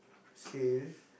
sale